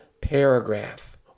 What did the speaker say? paragraph